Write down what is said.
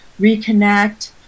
reconnect